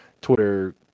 Twitter